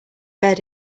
bed